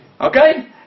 Okay